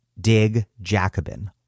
digjacobin